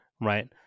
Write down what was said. right